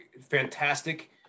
fantastic